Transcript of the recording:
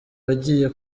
wagiye